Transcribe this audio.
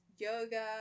yoga